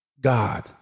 God